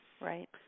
Right